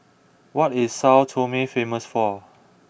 what is Sao Tome famous for